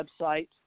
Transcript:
website